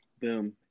Boom